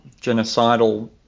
genocidal